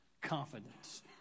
confidence